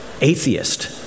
atheist